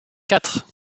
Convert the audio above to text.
quatre